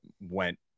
went